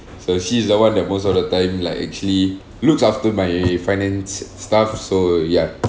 so she's the one that most of the time like actually looks after my finance stuff so ya